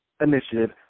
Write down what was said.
initiative